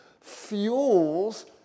fuels